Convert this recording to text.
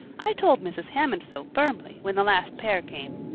i told mrs. hammond so firmly, when the last pair came.